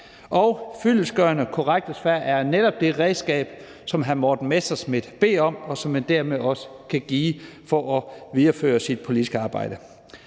Og fyldestgørende korrekte svar er netop det redskab, som hr. Morten Messerschmidt beder om for at videreføre sit politiske arbejde,